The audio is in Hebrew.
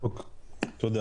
תודה.